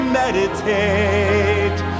meditate